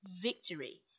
victory